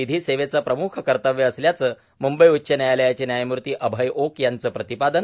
विधीसेवेचं प्रम्ख कर्तव्य असल्याचं मंंबई उच्च न्यायालयाचे न्यायमूर्ती अभय ओक यांचं प्रतिपादन